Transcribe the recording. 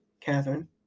Catherine